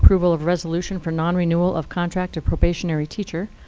approval of resolution for non-renewal of contract of probationary teacher,